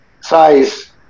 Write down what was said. size